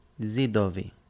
Zidovi